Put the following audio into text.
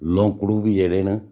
लोंकड़ू बी जेह्ड़े न